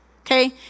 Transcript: Okay